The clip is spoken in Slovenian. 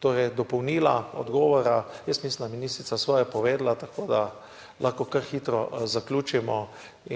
podpredsednica. Jaz mislim, da je ministrica svoje povedala, tako da lahko kar hitro zaključimo